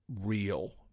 real